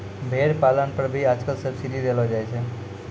भेड़ पालन पर भी आजकल सब्सीडी देलो जाय छै